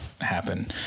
happen